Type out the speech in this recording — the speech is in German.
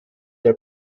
der